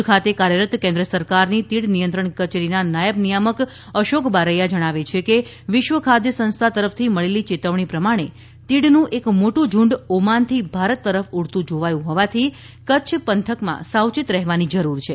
ભુજ ખાતે કાર્યરત કેન્દ્ર સરકારની તીડ નિયંત્રણ કચેરીના નાયબ નિયામક અશોક બારૈયા જણાવે છે કે વિશ્વ ખાદ્ય સંસ્થા તરફ થી મળેલી ચેતવણી પ્રમાણે તીડનું એક મોટું ઝુંડ ઓમાનથી ભારત તરફ ઉડતું જોવાયું હોવાથી કચ્છ પંથકમાં સાવચેત રહેવાની જરૂર છે